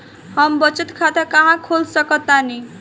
हम बचत खाता कहां खोल सकतानी?